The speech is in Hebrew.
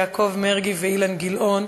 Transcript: יעקב מרגי ואילן גילאון,